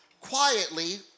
quietly